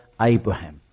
Abraham